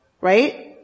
Right